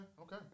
okay